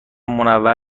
منور